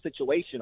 situational